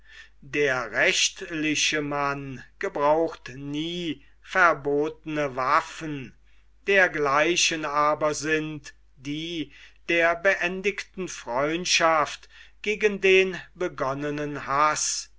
der rechtliche mann gebraucht nie verbotene waffen dergleichen aber sind die der beendigten freundschaft gegen den begonnenen haß